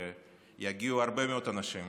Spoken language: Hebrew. שיגיעו הרבה מאוד אנשים,